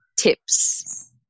tips